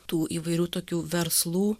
tų įvairių tokių verslų